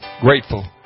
grateful